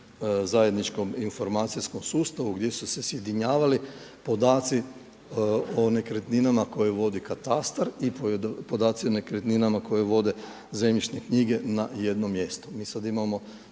zajedničkom informacijskom sustavu gdje su se sjedinjavali podaci o nekretninama koje vodi katastar i podaci o nekretninama koje vodi zemljišne knjige na jednom mjestu.